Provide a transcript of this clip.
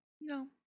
No